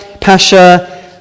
Pasha